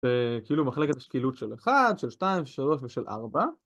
זה כאילו מחלקת השקילות של אחד, של שתיים, של שלוש ושל ארבע.